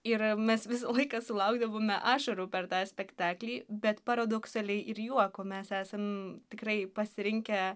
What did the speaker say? ir mes visą laiką sulaukdavome ašarų per tą spektaklį bet paradoksaliai ir juoko mes esam tikrai pasirinkę